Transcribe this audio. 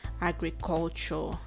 agriculture